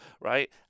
right